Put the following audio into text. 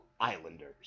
Islanders